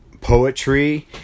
poetry